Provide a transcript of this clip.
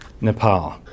Nepal